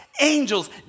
angels